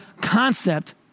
concept